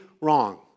wrong